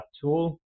tool